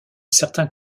certains